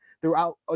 Throughout